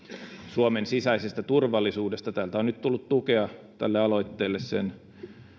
suomen sisäisestä turvallisuudesta täältä on nyt tullut tukea tälle aloitteelle sen